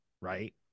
right